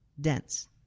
dense